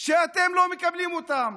שאתם לא מקבלים אותן.